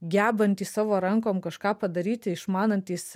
gebantys savo rankom kažką padaryti išmanantys